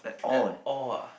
at all ah